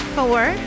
Four